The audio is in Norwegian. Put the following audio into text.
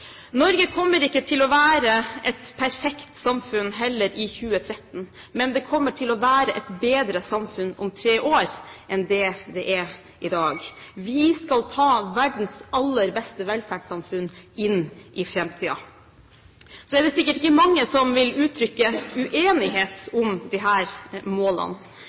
Norge. Norge kommer heller ikke til å være et perfekt samfunn i 2013, men det kommer til å være et bedre samfunn om tre år enn det det er i dag. Vi skal ta verdens aller beste velferdssamfunn inn i framtiden. Det er sikkert ikke mange som vil uttrykke uenighet om disse målene,